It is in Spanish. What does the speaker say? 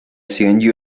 steven